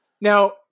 Now